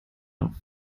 auch